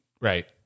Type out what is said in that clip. right